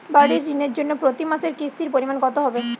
বাড়ীর ঋণের জন্য প্রতি মাসের কিস্তির পরিমাণ কত হবে?